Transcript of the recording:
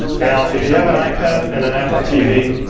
now, if you have an ipad and an apple tv,